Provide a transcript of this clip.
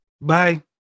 Bye